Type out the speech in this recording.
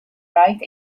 right